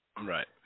Right